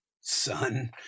son